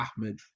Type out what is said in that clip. Ahmed